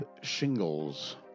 Shingles